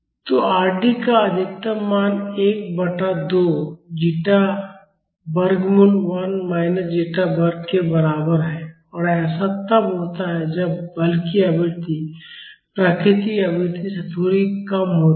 तो Rd का अधिकतम मान 1 बटा 2 जीटा वर्गमूल 1 माइनस ज़ेटा वर्ग के बराबर है और ऐसा तब होता है जब बल की आवृत्ति प्राकृतिक आवृत्ति से थोड़ी कम होती है